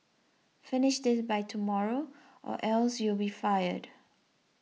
finish this by tomorrow or else you'll be fired